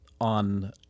on